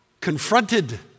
confronted